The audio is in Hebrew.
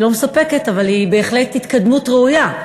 היא לא מספקת, אבל היא בהחלט התקדמות ראויה.